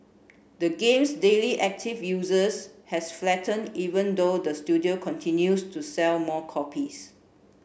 the game's daily active users has flattened even though the studio continues to sell more copies